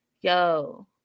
yo